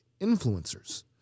influencers